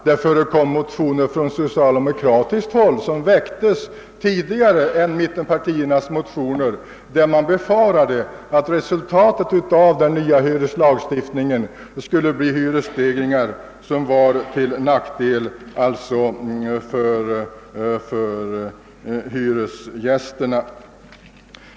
Det förekom också motioner från socialdemokratiskt håll, vilka väcktes tidigare än mittenpartiernas motioner och i vilka det befarades att resultatet av den nya hyreslagstiftningen skulle bli hyresstegringar till nackdel för hyresgästerna.